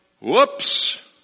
whoops